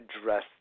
address